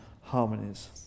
harmonies